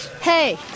Hey